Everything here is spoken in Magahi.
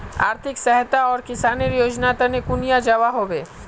आर्थिक सहायता आर किसानेर योजना तने कुनियाँ जबा होबे?